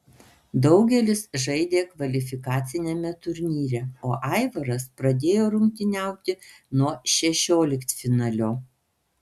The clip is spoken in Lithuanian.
daugelis žaidė kvalifikaciniame turnyre o aivaras pradėjo rungtyniauti nuo šešioliktfinalio